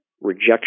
rejection